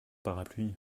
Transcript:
parapluie